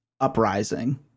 uprising